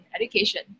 education